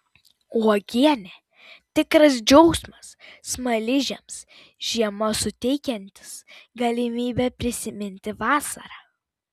uogienė tikras džiaugsmas smaližiams žiemą suteikiantis galimybę prisiminti vasarą